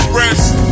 rest